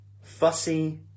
fussy